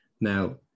Now